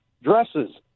dresses